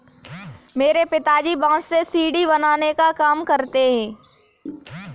मेरे पिताजी बांस से सीढ़ी बनाने का काम करते हैं